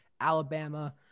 Alabama